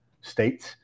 states